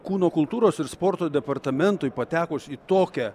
kūno kultūros ir sporto departamentui patekus į tokią